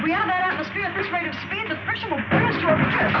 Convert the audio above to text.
we have